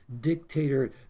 dictator